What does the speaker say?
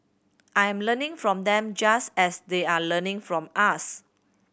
I'm learning from them just as they are learning from us